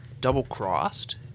double-crossed